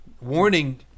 warning